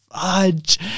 fudge